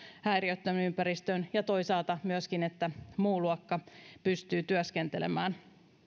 häiriöttömän ympäristön ja toisaalta myöskin sen takia että muu luokka pystyy työskentelemään